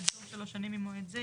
עד תום שלוש שנים ממועד זה,